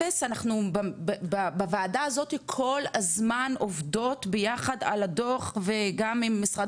אפס אנחנו בוועדה הזאתי כל הזמן עובדות ביחד על הדוח וגם עם משרד